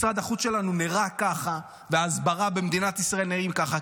משרד החוץ שלנו נראה ככה וההסברה במדינת ישראל נראית ככה,